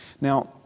Now